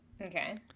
okay